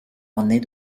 ornées